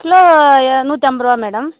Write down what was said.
kilo நூற்றி ஐம்பதுரூவா madam